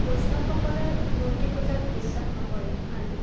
বৈষ্ণৱসকলে মূৰ্তি পূজাত বিশ্বাস নকৰে আৰু